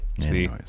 See